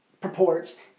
purports